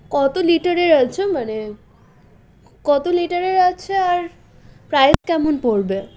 কত লিটারের আছে মানে কত লিটারের আছে আর প্রাইস কেমন পড়বে